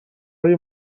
های